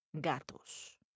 gatos